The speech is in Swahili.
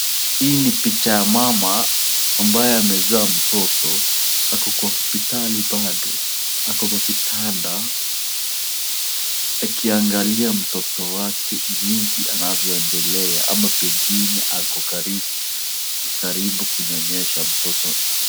Hii nibpicha ya mama ambaye amezaa mtoto na ako hospitali bado. Ako kwa kitanda akiangalia mtoto wake jinsi anavyoendelea ama pengine ako karibu kunyonyesha mtoto.